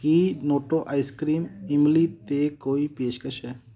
ਕੀ ਨੋਟੋ ice cream ਇਮਲੀ 'ਤੇ ਕੋਈ ਪੇਸ਼ਕਸ਼ ਹੈ